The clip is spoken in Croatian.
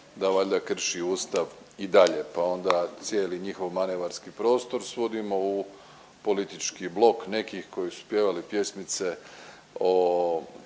da valjda krši Ustav i dalje, pa onda cijeli njihov manevarski prostor svodimo u politički blok nekih koji su pjevali pjesmice o